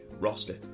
roster